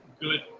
good